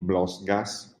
blostgas